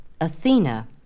Athena